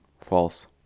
False